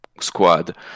squad